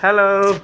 hello